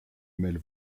mêle